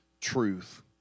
truth